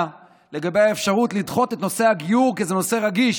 לגבי האפשרות לדחות את נושא הגיור כי זה נושא רגיש.